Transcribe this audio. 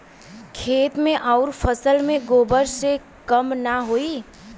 खेत मे अउर फसल मे गोबर से कम ना होई?